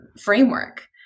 framework